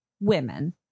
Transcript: women